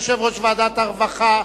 יושב-ראש ועדת הרווחה,